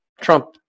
Trump